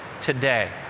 today